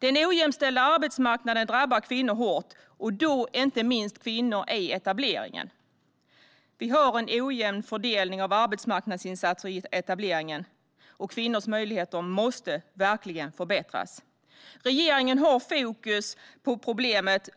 Den ojämställda arbetsmarknaden drabbar kvinnor hårt, och då inte minst kvinnor i etableringen. Vi har en ojämn fördelning av arbetsmarknadsinsatser i etableringen, och kvinnors möjligheter måste verkligen förbättras. Regeringen har fokus på problemet.